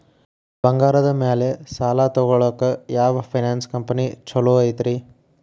ಬಂಗಾರದ ಮ್ಯಾಲೆ ಸಾಲ ತಗೊಳಾಕ ಯಾವ್ ಫೈನಾನ್ಸ್ ಕಂಪನಿ ಛೊಲೊ ಐತ್ರಿ?